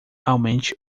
aumente